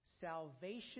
salvation